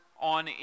on